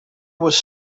was